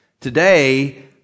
Today